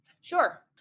Sure